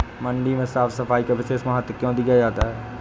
मंडी में साफ सफाई का विशेष महत्व क्यो दिया जाता है?